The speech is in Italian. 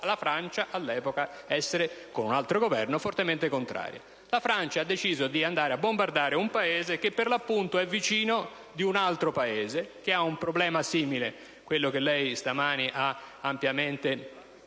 La Francia ha deciso di andare a bombardare un Paese, che per l'appunto è il vicino di un altro Paese che ha un problema simile, quello che lei, signora presidente Bonino,